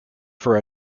for